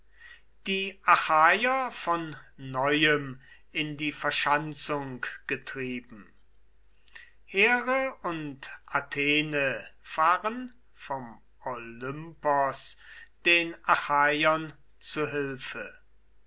die achaier von neuem in die verschanzung getrieben here und athene fahren vom olympos den achaiern zu hilfe